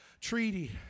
treaty